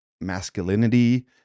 masculinity